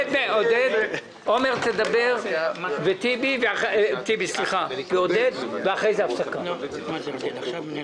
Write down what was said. עומר ינקלביץ' ועודד פורר ואז נצא להפסקה.